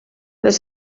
les